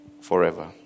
forever